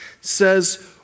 says